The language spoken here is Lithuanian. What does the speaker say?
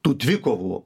tų dvikovų